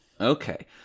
Okay